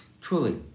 Truly